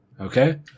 Okay